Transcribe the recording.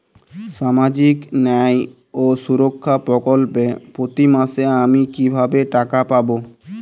সামাজিক ন্যায় ও সুরক্ষা প্রকল্পে প্রতি মাসে আমি কিভাবে টাকা পাবো?